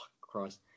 Christ